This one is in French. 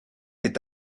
est